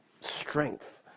strength